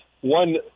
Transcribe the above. One